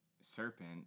serpent